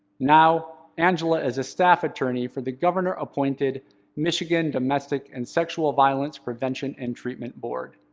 now, angela is a staff attorney for the governor-appointed michigan domestic and sexual violence prevention and treatment board.